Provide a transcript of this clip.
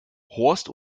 horst